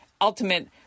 ultimate